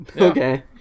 okay